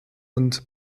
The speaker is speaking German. und